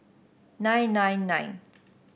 nine nine nine